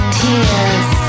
tears